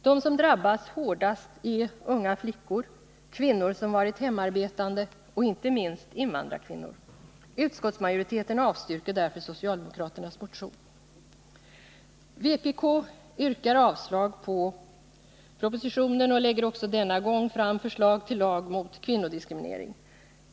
De som drabbas hårdast är unga flickor, kvinnor som varit hemarbetande och inte minst invandrarkvinnor. Utskottsmajoriteten avstyrker därför socialdemokraternas motion. Vpk yrkar avslag på propositionen och lägger också denna gång fram förslag till lag mot kvinnodiskriminering.